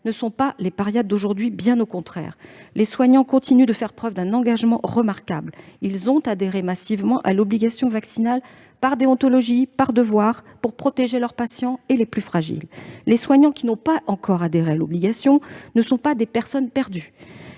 ne sont pas les « parias d'aujourd'hui », bien au contraire. Les soignants continuent de faire preuve d'un engagement remarquable. Ils ont adhéré massivement à l'obligation vaccinale, par déontologie, par devoir, pour protéger leurs patients et les plus fragiles. Les soignants qui n'ont pas encore adhéré à l'obligation vaccinale ne sont pas des personnes perdues.